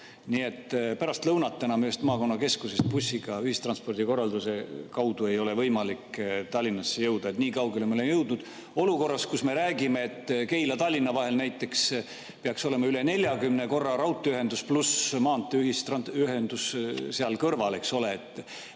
Nii et pärast lõunat enam ühest maakonnakeskusest bussiga ühistranspordikorralduse kaudu ei ole võimalik Tallinnasse jõuda. Niikaugele me oleme jõudnud, olukorras, kus me räägime, et Keila-Tallinna vahel näiteks peaks olema üle 40 korra raudteeühendus pluss maanteeühendus seal kõrval, eks ole.